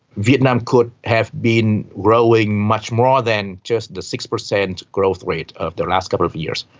vietnam could have been growing much more ah than just the six percent growth rate of the last couple of years.